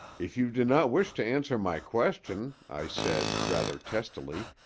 if you do not wish to answer my question, i said, rather testily,